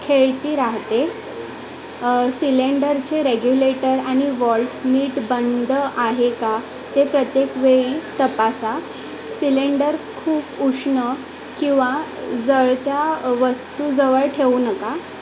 खेळती राहते सिलेंडरचे रेग्युलेटर आणि वॉल्ट नीट बंद आहे का ते प्रत्येक वेळी तपासा सिलेंडर खूप उष्ण किंवा जळत्या वस्तूजवळ ठेवू नका